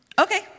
Okay